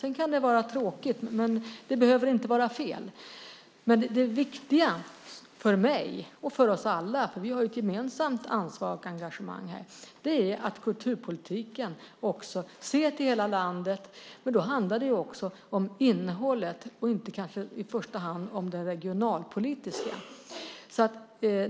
Det kan vara tråkigt, men det behöver inte vara fel. Det viktiga för mig och för oss alla, för vi har ju ett gemensamt ansvar och engagemang, är att kulturpolitiken ser till hela landet. Men då handlar det om innehållet och kanske inte i första hand om regionalpolitik.